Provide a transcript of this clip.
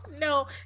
no